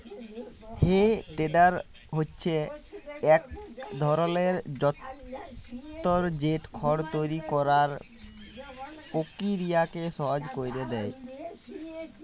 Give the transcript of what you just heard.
হে টেডার হছে ইক ধরলের যল্তর যেট খড় তৈরি ক্যরার পকিরিয়াকে সহজ ক্যইরে দেঁই